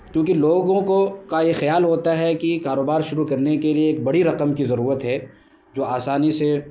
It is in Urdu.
کیوںکہ لوگوں کو کا یہ خیال ہوتا ہے کی کاروبار شروع کرنے کے لیے ایک بڑی رقم کی ضرورت ہے جو آسانی سے